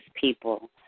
people